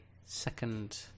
second